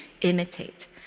imitate